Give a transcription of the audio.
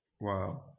Wow